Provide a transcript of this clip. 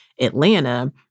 Atlanta